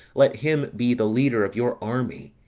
let him be the leader of your army,